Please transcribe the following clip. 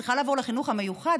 היא צריכה לעבור לחינוך המיוחד,